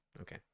Okay